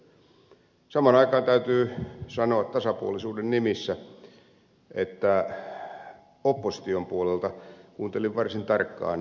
samaan aikaan täytyy sanoa tasapuolisuuden nimissä että opposition puolelta kuuntelin varsin tarkkaan ed